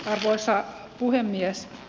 arvoisa puhemies